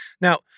Now